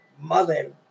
mother